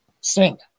sink